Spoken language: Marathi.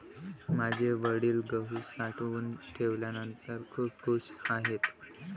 माझे वडील गहू साठवून ठेवल्यानंतर खूप खूश आहेत